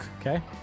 Okay